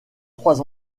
trois